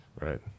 Right